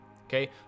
Okay